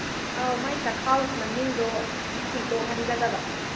ꯑꯥꯎ ꯃꯥꯒꯤ ꯆꯥꯛꯈꯥꯎ ꯃꯅꯨꯡꯗꯣ ꯁꯦꯡꯗꯣꯛꯍꯟꯒꯗꯕ